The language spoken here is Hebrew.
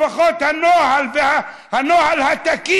לפחות שהנוהל התקין